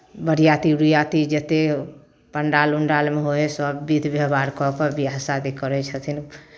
बरियाती उरियाती जतेक पण्डाल उण्डालमे होइ हइ सभ विधि व्यवहार कऽ कऽ बियाह शादी करै छथिन